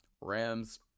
Rams